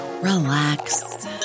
relax